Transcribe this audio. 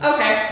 Okay